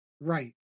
Right